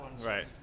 right